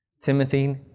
Timothy